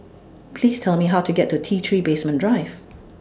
Please Tell Me How to get to T three Basement Drive